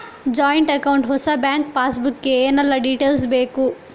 Joint account ಹೊಸ bank passbook ಗೆ ಏನೆಲ್ಲ ಡೀಟೇಲ್ಸ್ ಬೇಕು?